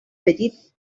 petit